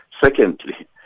Secondly